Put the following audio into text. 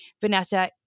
Vanessa